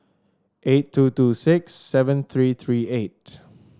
eight two two six seven three three eight